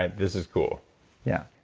and this is cool yeah.